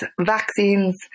vaccines